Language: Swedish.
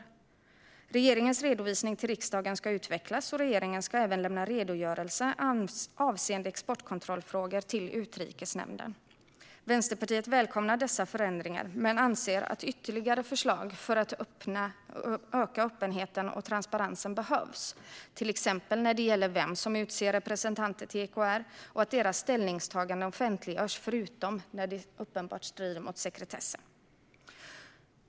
Dessutom ska regeringens redovisning till riksdagen utvecklas, och regeringen ska lämna redogörelser avseende exportkontrollfrågor till Utrikesnämnden. Vänsterpartiet välkomnar dessa förändringar men anser att ytterligare förslag för att öka öppenheten och transparensen behövs, till exempel när det gäller vem som utser representanter till EKR och att deras ställningstaganden offentliggörs förutom när detta uppenbart strider mot sekretessen.